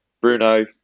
Bruno